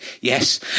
Yes